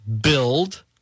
build